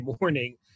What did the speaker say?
morning